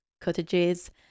cottages